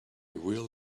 wheel